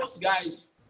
guys